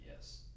yes